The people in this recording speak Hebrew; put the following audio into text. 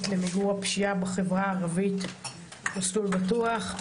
למיגור הפשיעה בחברה הערבית "מסלול בטוח".